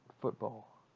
football